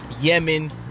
Yemen